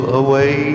away